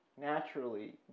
naturally